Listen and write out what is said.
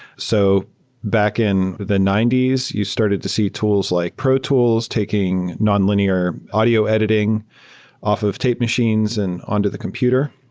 so back in the ninety s, you started to see tools like pro tools taking non-linear audio editing off of tape machines and onto the computer.